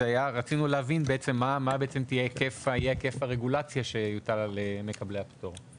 רצינו להבין מה יהיה היקף הרגולציה שיוטל על מקבלי הפטור.